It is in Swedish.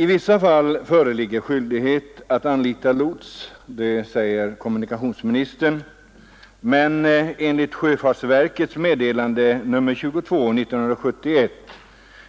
I vissa fall föreligger skyldighet att anlita lots — det säger kommunikationsministern — men enligt sjöfartsverkets meddelande nr 22 år 1971